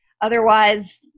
Otherwise